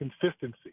consistency